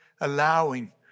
allowing